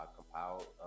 compiled